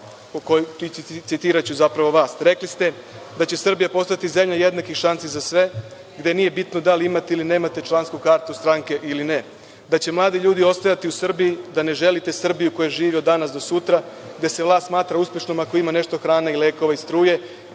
da će Srbija postati zemlja jednakih šansi za sve, gde nije bitno da li imate ili nemate člansku kartu stranke ili ne, da će mladi ljudi ostajati u Srbiji, da ne želite Srbiju koja živi od danas do sutra gde se vlast smatra uspešnom ako ima nešto hrane, lekova i struje